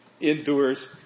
endures